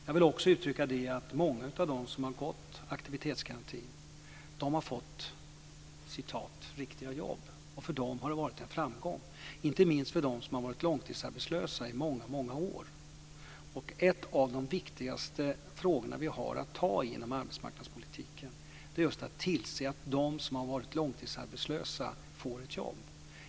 Jag vill också uttrycka att många av dem som har berörts av aktivitetsgarantin har fått "riktiga" jobb, och för dem har det varit en framgång, inte minst för dem som har varit långtidsarbetslösa i många år. En av de viktigaste frågorna som vi har att ta upp inom arbetsmarknadspolitiken handlar just om att tillse att de som har varit långtidsarbetslösa får ett jobb.